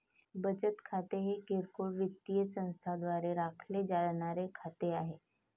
बचत खाते हे किरकोळ वित्तीय संस्थांद्वारे राखले जाणारे खाते आहे